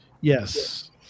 Yes